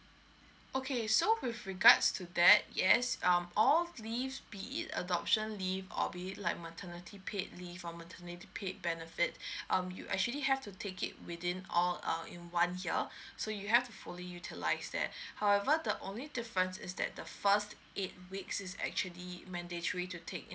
okay so with regards to that yes um all leaves be it adoption leave or be like maternity paid leave on maternity paid benefit um you actually have to take it within all err in one year so you have to fully utilized that however the only difference is that the first eight weeks is actually mandatory to take in